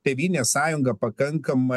tėvynės sąjunga pakankamai